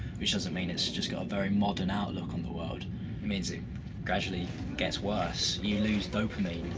which doesn't mean it's just got a very modern outlook on the world means it gradually gets worse. you lose dopamine,